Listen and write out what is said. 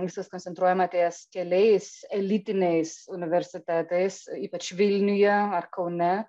viskas koncentruojama ties keliais elitiniais universitetais ypač vilniuje ar kaune